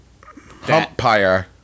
Humpire